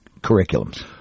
curriculums